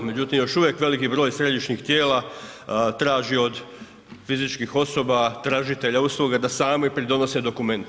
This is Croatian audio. Međutim, još uvijek veliki broj središnjih tijela traži od fizičkih osoba, tražitelja usluga da sami pridonose dokumente.